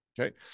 Okay